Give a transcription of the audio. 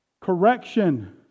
Correction